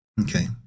Okay